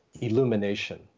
illumination